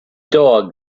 dog